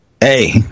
hey